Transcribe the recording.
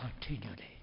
continually